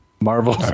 marvel